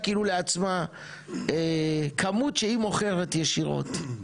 כאילו לעצמה כמות שהיא מוכרת ישירות.